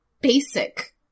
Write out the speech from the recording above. basic